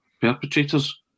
perpetrators